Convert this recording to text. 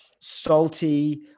salty